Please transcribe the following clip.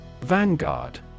Vanguard